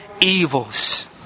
evils